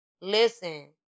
listen